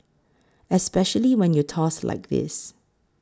especially when you toss like this